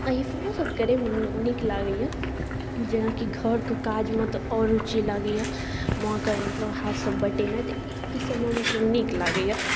अरिपणो सब करैमे निक लागैए जेनाकी घर कऽ काजमे तऽ आओर रूची लागैए माँके मतलब हाथ सब बटेनाइ तऽ ई सबमे मतलब निक लागैए